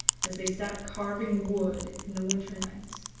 as they sat carving wood in the winter nights.